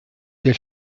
der